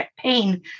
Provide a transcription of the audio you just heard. pain